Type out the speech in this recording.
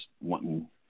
wanting